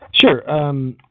Sure